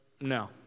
No